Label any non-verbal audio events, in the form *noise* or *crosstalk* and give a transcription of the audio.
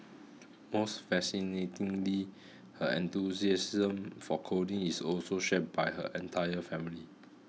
most fascinatingly *noise* her enthusiasm for coding is also shared by her entire family